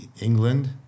England